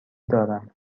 دارم